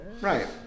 Right